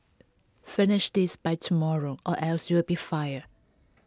finish this by tomorrow or else you'll be fired